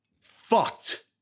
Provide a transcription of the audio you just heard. fucked